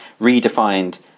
redefined